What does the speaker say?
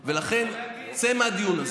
הוא יכול להגיד, צא מהדיון הזה.